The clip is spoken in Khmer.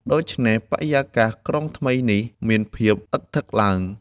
ដូច្នេះ បរិយាកាសក្រុងថ្មីនេះ ក៏មានភាពឣ៊ឹកធឹកឡើង ។